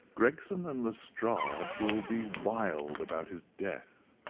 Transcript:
gregson and lestrade will be wild about his death,